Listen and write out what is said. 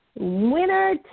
Winner